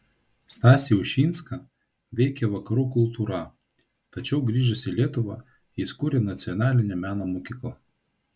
stasį ušinską veikė vakarų kultūra tačiau grįžęs į lietuvą jis kūrė nacionalinę meno mokyklą